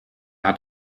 hat